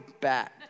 back